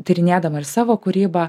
tyrinėdama ir savo kūrybą